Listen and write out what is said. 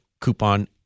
coupon